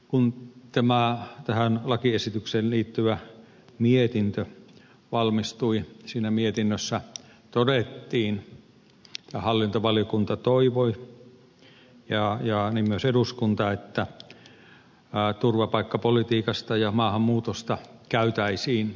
kun tähän lakiesitykseen liittyvä mietintö valmistui siinä mietinnössä todettiin ja hallintovaliokunta toivoi ja niin myös eduskunta että turvapaikkapolitiikasta ja maahanmuutosta käytäisiin vilkasta keskustelua